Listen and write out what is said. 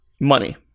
money